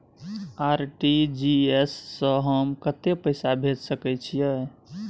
RTG S स हम कत्ते पैसा भेज सकै छीयै?